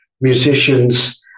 musicians